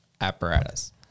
Apparatus